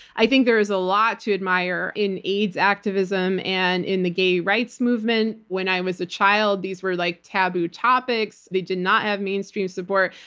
i think there is a lot to admire in aids activism and in the gay rights movement. when i was a child, these were like taboo topics. they did not have mainstream support.